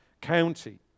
county